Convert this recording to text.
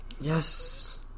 Yes